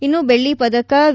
ಇನ್ನು ಬೆಳ್ಳಿ ಪದಕ ವಿ